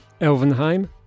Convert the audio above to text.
Elvenheim